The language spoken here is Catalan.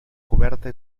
coberta